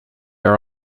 are